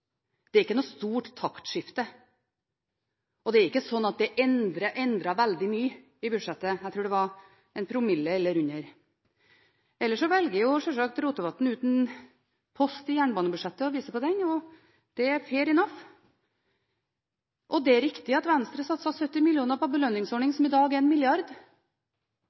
Det er ikke noe stort taktskifte. Og det er ikke slik at det er endret veldig mye i budsjettet. Jeg tror det var en promille eller under. Ellers velger sjølsagt Rotevatn ut en post i jernbanebudsjettet og viser til den, og det er «fair enough». Det er riktig at Venstre satset 70 mill. kr på en belønningsordning, som i dag